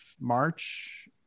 March